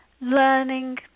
learning